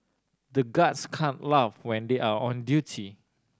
the guards can't laugh when they are on duty